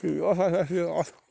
کِہیٖنٛۍ ہَے ہیٚے اتھ